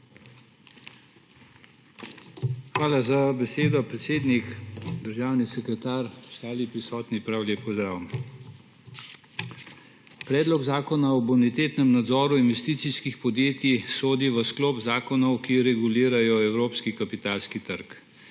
Hvala za besedo, predsednik. Državni sekretar, ostali prisotni, prav lep pozdrav! Predlog zakona o bonitetnem nadzoru investicijskih podjetij sodi v sklop zakonov, ki regulirajo evropski kapitalski trg.